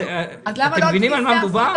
אתם מבינים על מה מדובר?